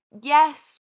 yes